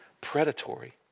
predatory